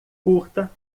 curta